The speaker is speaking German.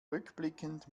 rückblickend